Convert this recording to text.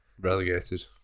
Relegated